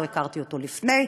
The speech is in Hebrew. לא הכרתי אותו לפני,